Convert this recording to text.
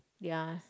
ya